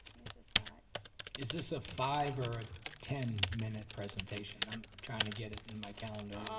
is this not is this a five or a ten minute presentation? i'm trying to get it in my calendar.